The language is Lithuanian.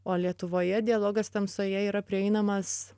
o lietuvoje dialogas tamsoje yra prieinamas